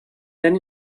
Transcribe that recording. then